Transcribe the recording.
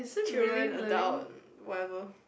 children adult whatever